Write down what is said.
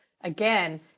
again